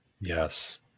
Yes